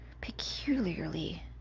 peculiarly